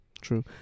True